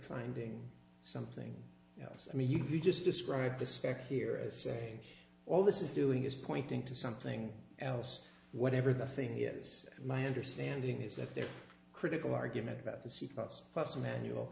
finding something else i mean you just described the spec year as saying all this is doing is pointing to something else whatever the thing is my understanding is that they're critical argument about the c plus plus a manual